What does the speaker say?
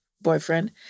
boyfriend